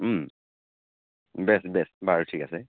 বেচ বেচ বাৰু ঠিক আছে